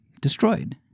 destroyed